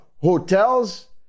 hotels